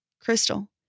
Crystal